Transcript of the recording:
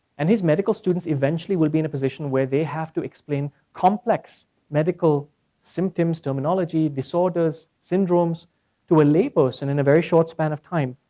and his medical students eventually will be in a position where they have to explain complex medical symptoms, terminology, terminology, disorders, syndromes to a lay person in a very short span of time.